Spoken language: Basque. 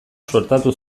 suertatu